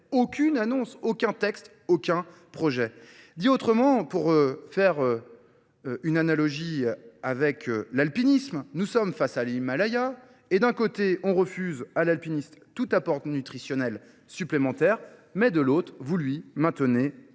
aucune annonce, aucun texte, aucun projet. Dit autrement, pour faire Une analogie avec l'alpinisme, nous sommes face à l'Himalaya et d'un côté on refuse à l'alpiniste tout apport nutritionnel supplémentaire mais de l'autre vous lui maintenez